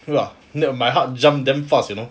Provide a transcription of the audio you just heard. !wah! you know my heart jumped damn fast you know